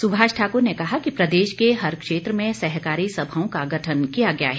सुभाष ठाकुर ने कहा कि प्रदेश के हर क्षेत्र में सहकारी सभाओं का गठन किया गया है